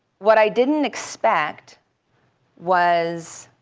what i didn't expect was